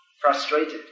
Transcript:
frustrated